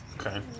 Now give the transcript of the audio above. Okay